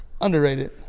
Underrated